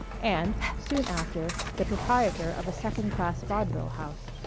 and, soon after, the proprietor of a second-class vaudeville house.